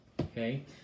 Okay